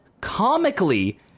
comically